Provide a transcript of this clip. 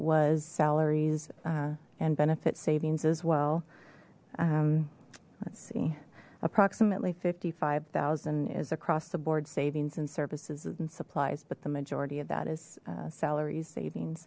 was salaries and benefits savings as well let's see approximately fifty five thousand is across the board savings and services and supplies but the majority of that is salary savings